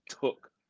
took